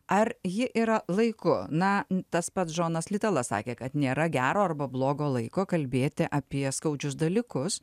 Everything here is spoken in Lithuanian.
ar ji yra laiku na tas pats džonas litelas sakė kad nėra gero arba blogo laiko kalbėti apie skaudžius dalykus